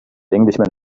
englishman